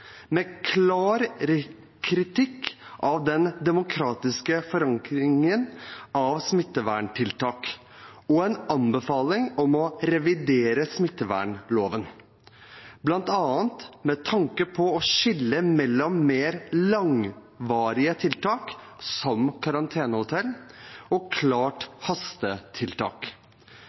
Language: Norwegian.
med klar kritikk av den demokratiske forankringen av smitteverntiltak og en anbefaling om å revidere smittevernloven, bl.a. med tanke på å skille mellom mer langvarige tiltak, som karantenehotell, og klare hastetiltak.